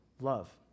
Love